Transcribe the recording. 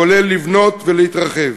כולל לבנות ולהתרחב.